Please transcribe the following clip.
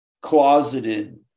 closeted